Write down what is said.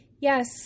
Yes